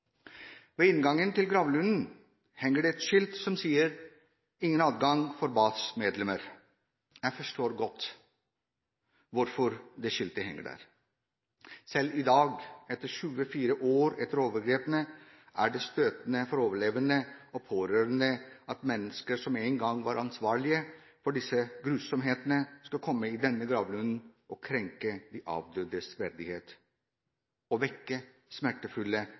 Ved inngangen til gravlunden henger det et skilt som sier: Ingen adgang for Bath-medlemmer. Jeg forstår godt hvorfor det skiltet henger der. Selv i dag, 24 år etter overgrepene, er det støtende for overlevende og pårørende at mennesker som en gang var ansvarlige for disse grusomhetene, skal komme til denne gravlunden, krenke de avdødes verdighet og vekke smertefulle